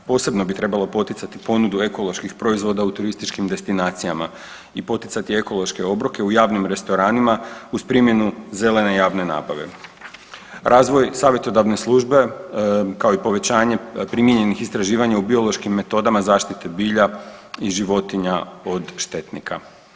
Posebno bi trebalo poticati ponudu ekoloških proizvoda u turističkim destinacijama i poticati ekološke obroke u javnim restoranima uz primjenu zelene javne nabave, razvoj savjetodavne službe kao i povećanje primijenjenih istraživanja u biološkim metodama zaštite bilja i životinja od štetnika.